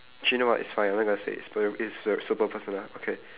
actually know what it's fine I'm not going to say it's it's err super personal okay